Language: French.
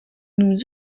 nous